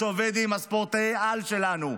שעובד עם ספורטאי-על שלנו,